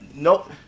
Nope